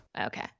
Okay